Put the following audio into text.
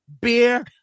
Beer